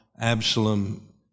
Absalom